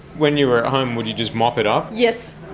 when you were at home would you just mop it up? yes.